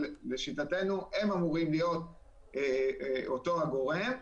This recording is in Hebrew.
לשיטתנו הם אמורים להיות אותו הגורם.